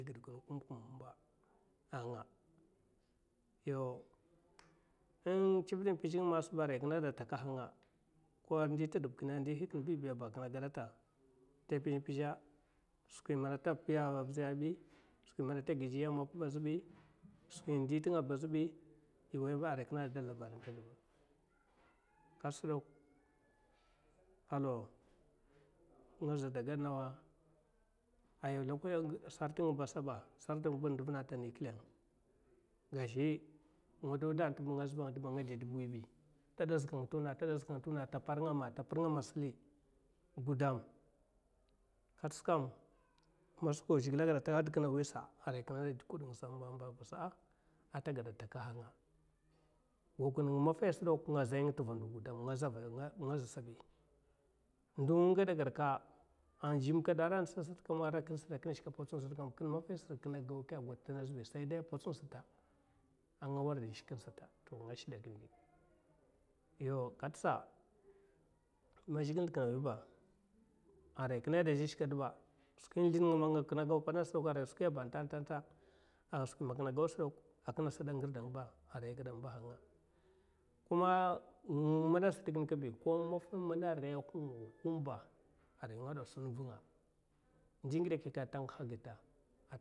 Giɓ kumkumba a nga yau chiviɓ m'pizhe ba aray kine atakahanga, ko ndi te deb kine ndohi kine m'bibiya ba kina agaɓata, nga m'pizhe m'pizhe skwi mana anga a piya aviziya ba azèiy. skwi man ata bije yam avuziya ba azèay, ye way mana a kina da labarisata adeba, halau aye zada gad nawa. ani sar tung ba asaba, nga ba mana anga adeb wi bi ta ɓazka nga tewuna ta ɓazka nga tewuna ta purnga ma suli, mana zhigile agaɓa deki na a wi sa ndo man agada gad, a jimkada agada, kine maffahi sata kine gauke agada sata azèay sai dai apatsina staɓ nga rikda nshke kine sata nga shkida kine giɓ yau katsa man zhigile ngaɓa ade kine awi arai kine gaɓa ashke adeba aray skwi kuma man nga gau patsina nasa a kine gaɓa sa da ngirdanga aray agaɓa ambahanga ko mana sata gine kaèi ko maffamana ahungwahungwa ba aray nga gaɓa asun vunga.